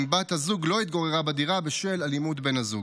אם בת הזוג לא התגוררה בדירה בשל אלימות בן הזוג.